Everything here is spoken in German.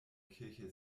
kirche